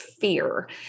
fear